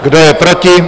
Kdo je proti?